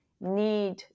need